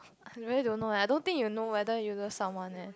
I really don't know I don't think you know whether you love someone leh